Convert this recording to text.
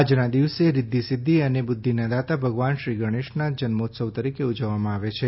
આજના દિવસે રિઘ્ઘિ સિઘ્ઘિ અને બુઘ્ઘિના દાતા ભગવાન શ્રી ગણેશના જન્મોત્સવ તરીકે ઉજવવામાં આવે છે